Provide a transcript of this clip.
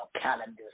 calendars